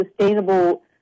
sustainable